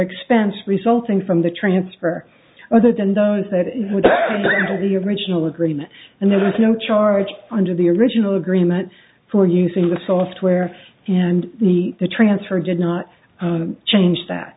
expense resulting from the transfer other than does that in the area of original agreement and there was no charge under the original agreement for using the software and the transfer did not change that